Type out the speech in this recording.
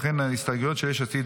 לכן ההסתייגויות של יש עתיד